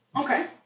Okay